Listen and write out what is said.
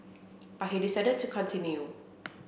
but he decided to continue